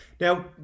Now